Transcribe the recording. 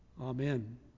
Amen